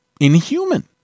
inhuman